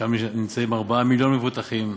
שם נמצאים 4 מיליון מבוטחים,